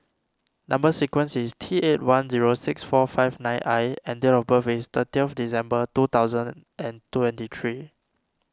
Number Sequence is T eight one zero six four five nine I and date of birth is thirty December two thousand and twenty three